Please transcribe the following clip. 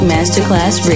Masterclass